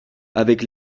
avec